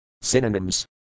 Synonyms